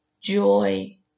joy